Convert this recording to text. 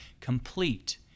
complete